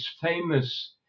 famous